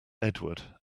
edward